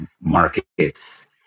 markets